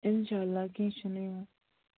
انشاء اللہ کینہہ چُھنہ یِمو